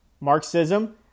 Marxism